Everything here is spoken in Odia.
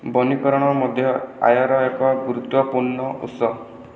ବନୀକରଣ ମଧ୍ୟ ଆୟର ଏକ ଗୁରୁତ୍ୱପୂର୍ଣ୍ଣ ଉତ୍ସ